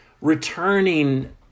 returning